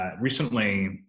recently